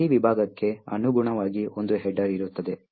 ಪ್ರತಿ ವಿಭಾಗಕ್ಕೆ ಅನುಗುಣವಾಗಿ ಒಂದು ಹೆಡರ್ ಇರುತ್ತದೆ